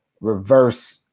reverse